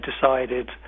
decided